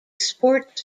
sports